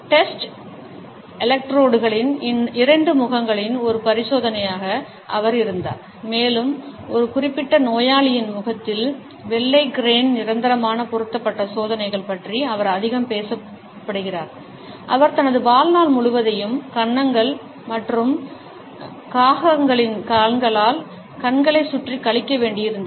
test எலக்ட்ரோடுகளில் இரண்டு முகங்களில் ஒரு பரிசோதனையாக அவர் இருந்தார் மேலும் ஒரு குறிப்பிட்ட நோயாளியின் முகத்தில் வெள்ளை கிரேன் நிரந்தரமாக பொருத்தப்பட்ட சோதனைகள் பற்றி அவர் அதிகம் பேசப்படுகிறார் அவர் தனது வாழ்நாள் முழுவதையும் கன்னங்கள் மற்றும் காகங்களின் கால்களால் கண்களைச் சுற்றிக் கழிக்க வேண்டியிருந்தது